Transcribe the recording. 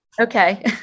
Okay